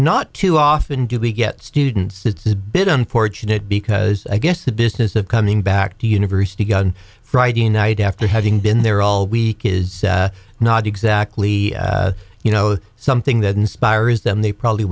not too often do we get students it's a bit unfortunate because i guess the business of coming back to university on friday night after having been there all week is not exactly you know something that inspires them they probably